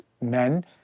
men